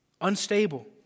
unstable